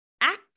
act